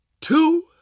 two